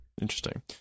Interesting